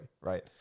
Right